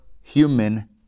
human